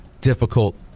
difficult